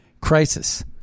crisis